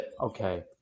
Okay